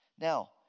Now